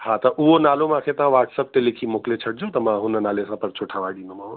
हा त उहो नालो मूंखे तव्हां व्हाट्सअप ते लिखी मोकिले छॾिजो त मां हुन नाले खां परचो ठाहे ॾींदोमाव